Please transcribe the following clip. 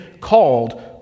called